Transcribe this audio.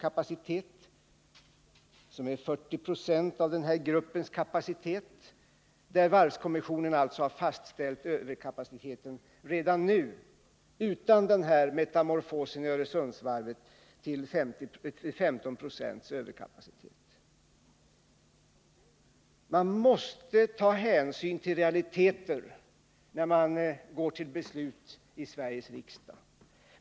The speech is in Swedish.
Det är 40 20 av gruppens kapacitet, och varvskommissionen har redan nu — utan att ha räknat med Öresundsvarvet — fastställt att överkapaciteten för de mindre och medelstora varven blir 15 90. Man måste ta hänsyn till realiteter när man går till beslut i Sveriges riksdag.